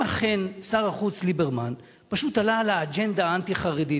אם אכן שר החוץ ליברמן פשוט עלה על האג'דה האנטי-חרדית,